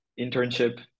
internship